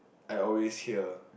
I always hear